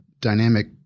dynamic